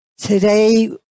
Today